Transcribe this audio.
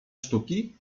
sztuki